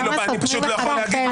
אני פשוט לא יכול להגיד משפט.